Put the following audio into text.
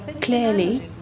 clearly